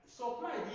supply